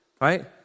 right